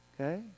Okay